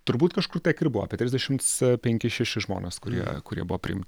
turbūt kažkur tiek ir buvo apie trisdešimts penkis šešis žmones kurie kurie buvo priimti